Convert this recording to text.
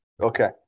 Okay